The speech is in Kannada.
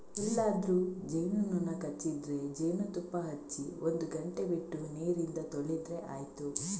ಎಲ್ಲಾದ್ರೂ ಜೇನು ನೊಣ ಕಚ್ಚಿದ್ರೆ ಜೇನುತುಪ್ಪ ಹಚ್ಚಿ ಒಂದು ಗಂಟೆ ಬಿಟ್ಟು ನೀರಿಂದ ತೊಳೆದ್ರೆ ಆಯ್ತು